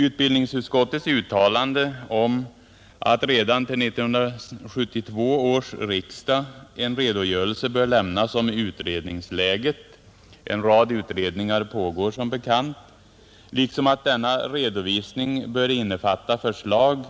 Utbildningsutskottets uttalande att en redogörelse om utredningsläget bör lämnas redan till 1972 års riksdag — det pågår som bekant en rad utredningar — liksom att denna redovisning bör innefatta förslag